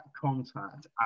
contact